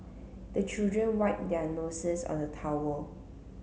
the children wipe their noses on the towel